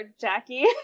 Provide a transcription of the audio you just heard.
Jackie